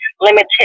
limited